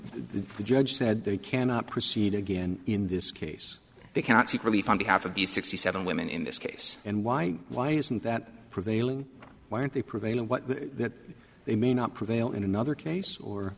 the judge said they cannot proceed again in this case they cannot seek relief on behalf of the sixty seven women in this case and why why isn't that prevailing why aren't they prevail and what that they may not prevail in another case or